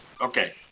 Okay